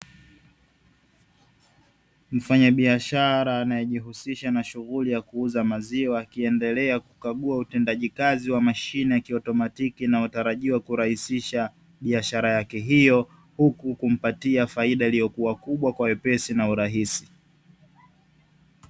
Mfanyabiashara anayejihusisha na shughuli ya kuuza maziwa akiendelea kukagua utendajikazi wa mashine ya kiautomatiki inayotarajiwa kurahisisha biashara yake hiyo, huku kumpatia faida iliyokuwa kubwa kwa wepesi na urahisi.